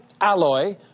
alloy